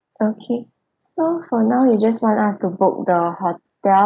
okay so for now you just want us to book the hotel